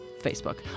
Facebook